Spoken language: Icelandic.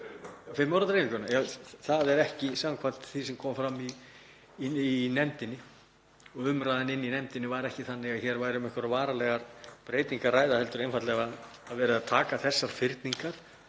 Fimm ára dreifinguna? Það er ekki samkvæmt því sem kom fram í nefndinni. Umræðan í nefndinni var ekki þannig að hér væri um einhverjar varanlegar breytingar að ræða heldur einfaldlega var verið að taka þessar fyrningar